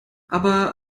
aber